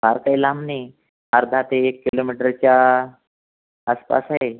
फार काही लांब नाही अर्धा ते एक किलोमीटरच्या आसपास आहे